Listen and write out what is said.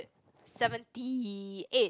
seventy eight